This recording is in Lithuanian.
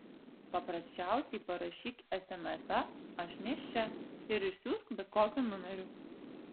paprasčiausiai parašyk esemesą aš nėščia ir išsiųsk bet kokiu numeriu